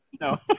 No